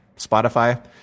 Spotify